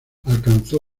alcanzó